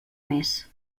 més